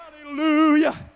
Hallelujah